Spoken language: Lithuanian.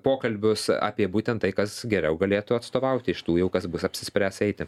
pokalbius apie būtent tai kas geriau galėtų atstovauti iš tų jau kas bus apsispręs eiti